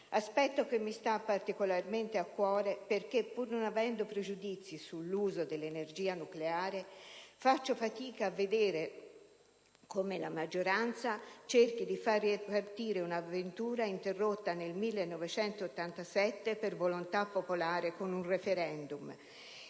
aspetto che mi sta particolarmente a cuore perché, pur non avendo pregiudizi sull'uso dell'energia nucleare, faccio fatica a vedere come la maggioranza cerchi di far ripartire un'avventura interrotta nel 1987 per volontà popolare con un *referendum*